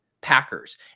Packers